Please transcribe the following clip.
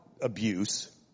abuse